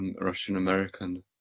Russian-American